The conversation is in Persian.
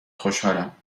خوشحالم